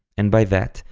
and by that,